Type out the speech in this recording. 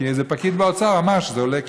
כי איזה פקיד באוצר אמר שזה עולה כסף.